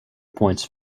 points